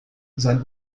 sein